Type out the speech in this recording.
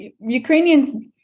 Ukrainians